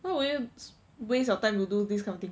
why would you waste your time to do this kind of thing